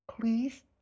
Please